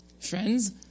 Friends